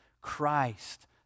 Christ